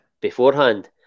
beforehand